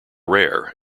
rare